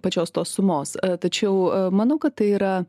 pačios tos sumos tačiau manau kad tai yra